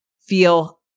feel